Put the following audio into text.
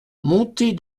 montée